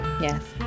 Yes